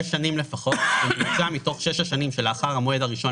שנים לפחות בממוצע מתוך שש השנים שלאחר המועד הראשון